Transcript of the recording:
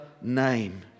name